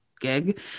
gig